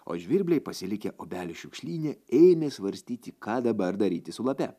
o žvirbliai pasilikę obelių šiukšlyne ėmė svarstyti ką dabar daryti su lape